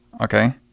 Okay